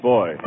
Boy